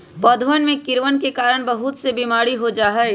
पौधवन में कीड़वन के कारण बहुत से बीमारी हो जाहई